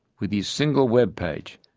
with his single web page,